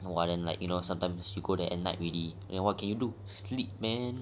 !wah! then like you know sometimes you go there at night already you know what can you do sleep man